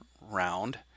round